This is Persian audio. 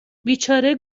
بیچاره